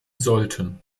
sollten